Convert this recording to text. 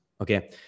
Okay